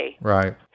Right